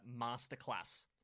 Masterclass